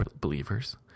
believers